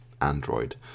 Android